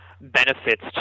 benefits